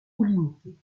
limitée